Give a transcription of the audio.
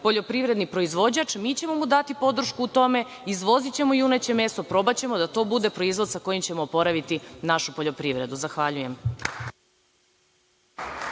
poljoprivredni proizvođač, mi ćemo mu dati podršku u tome i izvozićemo juneće meso, probaćemo da to bude proizvod sa kojim ćemo oporaviti našu poljoprivredu. Zahvaljujem.